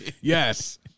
Yes